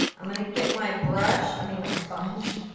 i'm gonna get my brush i mean my sponge.